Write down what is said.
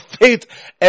faith